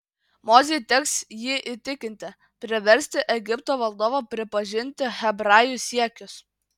mozei teks jį įtikinti priversti egipto valdovą pripažinti hebrajų siekius